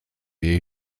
jej